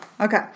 Okay